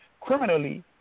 criminally